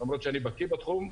למרות שאני בקי בתחום.